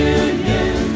union